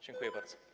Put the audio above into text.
Dziękuję bardzo.